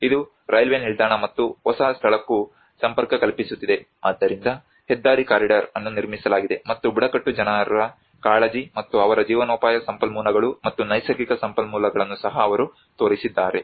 ಇದು ರೈಲ್ವೆ ನಿಲ್ದಾಣ ಮತ್ತು ಹೊಸ ಸ್ಥಳಕ್ಕೂ ಸಂಪರ್ಕ ಕಲ್ಪಿಸುತ್ತಿದೆ ಆದ್ದರಿಂದ ಹೆದ್ದಾರಿ ಕಾರಿಡಾರ್ ಅನ್ನು ನಿರ್ಮಿಸಲಾಗಿದೆ ಮತ್ತು ಬುಡಕಟ್ಟು ಜನರ ಕಾಳಜಿ ಮತ್ತು ಅವರ ಜೀವನೋಪಾಯ ಸಂಪನ್ಮೂಲಗಳು ಮತ್ತು ನೈಸರ್ಗಿಕ ಸಂಪನ್ಮೂಲಗಳನ್ನೂ ಸಹ ಅವರು ತೋರಿಸಿದ್ದಾರೆ